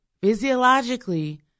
physiologically